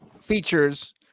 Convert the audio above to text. features